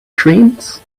dreams